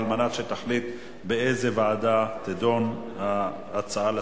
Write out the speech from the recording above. על מנת שתחליט באיזו ועדה יידון הנושא.